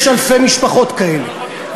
יש אלפי משפחות כאלה.